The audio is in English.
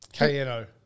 KNO